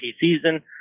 season